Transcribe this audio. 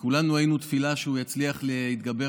וכולנו היינו בתפילה שהוא יצליח להתגבר